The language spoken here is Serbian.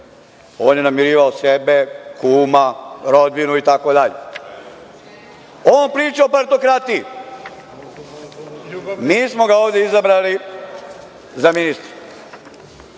on je namirivao sebe, kuma, rodbinu itd. On priča o partokratiji. Mi smo ga ovde izabrali za ministra,